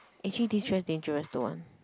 actually this dress dangerous don't want